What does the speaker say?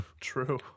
True